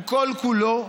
הוא כל-כולו,